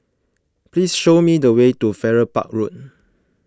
please show me the way to Farrer Park Road